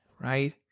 right